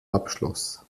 abschloss